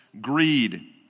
greed